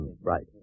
Right